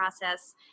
process